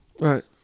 Right